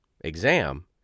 Exam